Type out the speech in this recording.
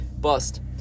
bust